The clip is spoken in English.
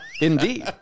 indeed